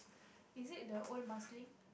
is it the old Marsiling